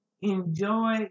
enjoy